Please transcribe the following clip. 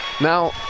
Now